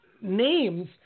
names